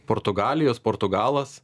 portugalijos portugalas